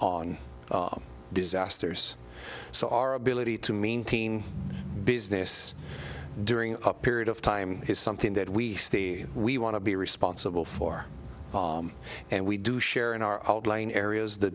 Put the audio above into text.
on disasters so our ability to maintain business during a period of time is something that we stay we want to be responsible for and we do share in our outlying areas